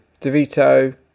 Devito